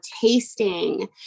tasting